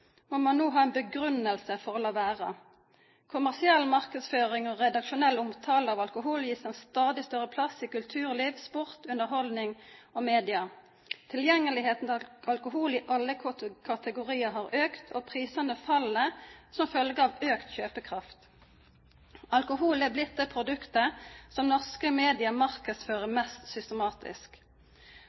må man nå ha en begrunnelse for å la være. Kommersiell markedsføring og redaksjonell omtale av alkohol gis en stadig større plass i kulturliv, sport, underholdning og media. Tilgjengeligheten til alkohol i alle kategorier har økt, og prisene faller som følge av økt kjøpekraft. Alkoholen har blitt det produktet som norske medier markedsfører mest systematisk.